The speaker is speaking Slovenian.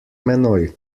menoj